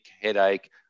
headache